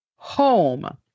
home